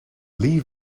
lee